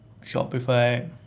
Shopify